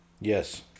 Yes